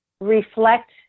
reflect